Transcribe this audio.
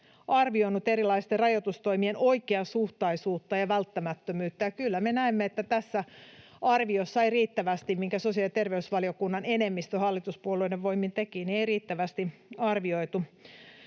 arvioinut erilaisten rajoitustoimien oikeasuhtaisuutta ja välttämättömyyttä. Kyllä me näemme, että tässä arviossa, minkä sosiaali- ja terveysvaliokunnan enemmistö hallituspuolueiden voimin teki, ei riittävästi arvioitu